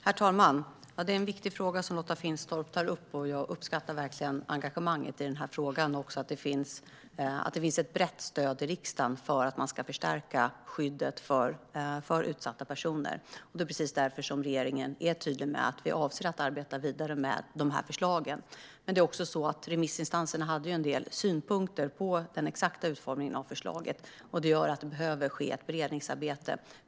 Herr talman! Det är en viktig fråga Lotta Finstorp tar upp, och jag uppskattar verkligen engagemanget och att det finns ett brett stöd i riksdagen för att förstärka skyddet för utsatta personer. Det är just därför regeringen är tydlig med att vi avser att arbeta vidare med dessa förslag. Men remissinstanserna hade ju en del synpunkter på den exakta utformningen av förslaget, och det behöver därför ske ett beredningsarbete.